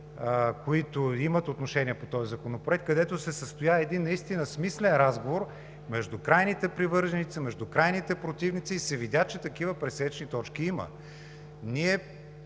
които имат отношение по този законопроект, където се състоя един наистина смислен разговор между крайните привърженици, крайните противници и се видя, че такива пресечни точки има.